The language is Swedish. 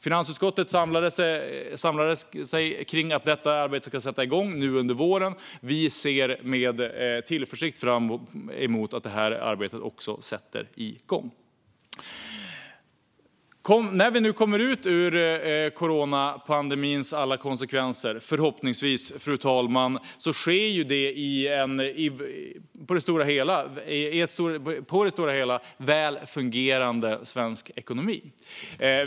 Finansutskottet samlade sig kring att detta arbete ska sätta igång nu under våren, och vi ser med tillförsikt fram emot att så ska ske. När vi nu förhoppningsvis kommer ur pandemins alla konsekvenser sker det med en på det stora hela väl fungerande svensk ekonomi.